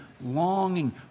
longing